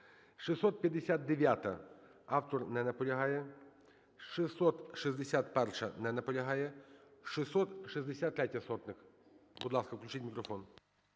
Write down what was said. – автор не наполягає. 661-а. Не наполягає. 663-я, Сотник. Будь ласка, включіть мікрофон.